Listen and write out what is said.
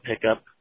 pickup